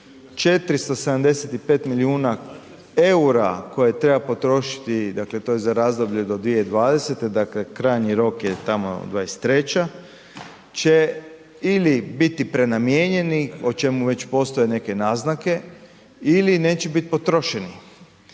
475 milijuna eura koje treba potrošiti dakle to je za razdoblje do 2020. krajnji rok je tamo 2023. će ili biti prenamijenjeni, o čemu već postoje neke naznake ili neće biti potrošeni.